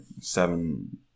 Seven